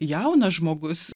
jaunas žmogus